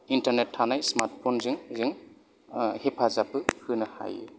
internet थानाय smart फनजों जों हेफाजाबबो होनो हायो